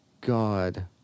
God